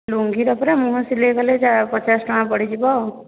ଲୁଙ୍ଗୀଟା ପୁରା ମୁହଁ ସିଲେଇ କଲେ ଯାହା ପଚାଶ ଟଙ୍କା ପଡ଼ିଯିବ ଆଉ